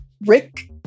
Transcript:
Rick